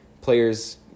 players